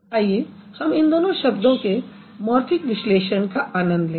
आइए हम इन दो शब्दों के मॉर्फ़ेमिक विश्लेषण का आनंद लें